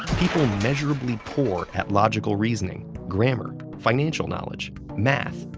people measurably poor at logical reasoning, grammar, financial knowledge, math,